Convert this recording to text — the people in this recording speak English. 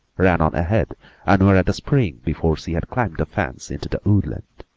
ran on ahead and were at the spring before she had climbed the fence into the woodland.